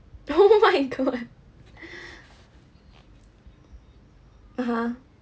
oh my god (uh huh)